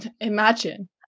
Imagine